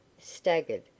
staggered